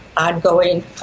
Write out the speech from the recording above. ongoing